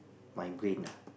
my brain ah